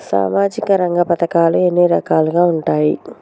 సామాజిక రంగ పథకాలు ఎన్ని రకాలుగా ఉంటాయి?